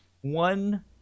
one